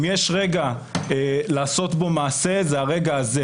אם יש רגע לעשות בו מעשה, זה כעת.